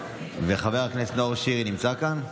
חבר הכנסת נאור שירי נמצא כאן?